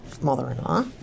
mother-in-law